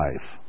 life